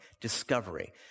discovery